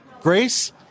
Grace